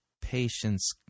patience